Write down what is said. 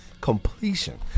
completion